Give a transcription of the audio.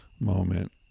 Moment